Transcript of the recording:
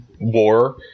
war